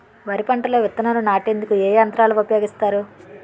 వరి పంటలో విత్తనాలు నాటేందుకు ఏ యంత్రాలు ఉపయోగిస్తారు?